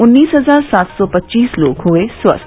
उन्नीस हजार सात सौ पच्चीस लोग हुए स्वस्थ